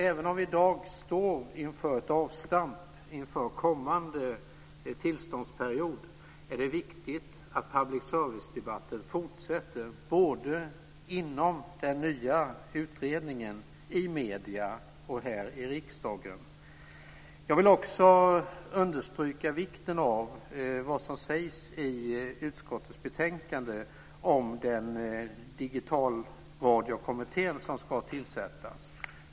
Även om vi i dag står inför ett avstamp inför kommande tillståndsperiod är det viktigt att public service-debatten fortsätter, såväl inom den nya utredningen som i medierna och här i riksdagen. Jag vill också understryka vikten av vad som sägs i utskottets betänkande om den digitalradiokommitté som ska tillsättas.